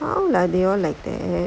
they all like that